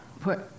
put